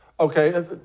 Okay